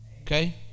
Okay